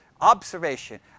observation